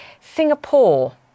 Singapore